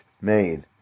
made